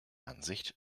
ansicht